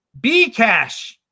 Bcash